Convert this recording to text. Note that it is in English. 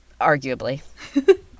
Arguably